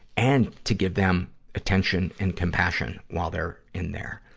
and to give them attention and compassion while they're in there.